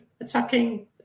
attacking